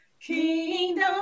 kingdom